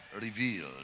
revealed